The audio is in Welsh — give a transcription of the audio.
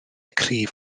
cryf